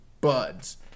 buds